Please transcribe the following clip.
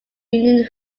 union